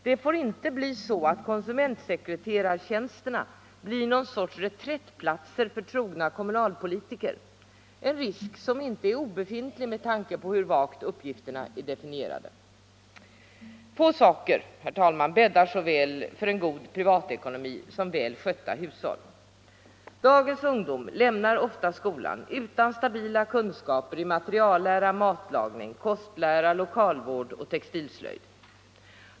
Det får inte bli så att konsumentsekreterartjänsterna blir någon sorts reträttplats för trogna kommunalpolitiker — en risk som inte är obefintlig med tanke på hur vagt uppgifterna är definierade. Få saker, herr talman, bäddar så väl för en god privatekonomi som väl skötta hushåll. Dagens ungdom lämnar ofta skolan utan stabila kunskaper i materiallära, matlagning, kostlära, lokalvård eller textilslöjd.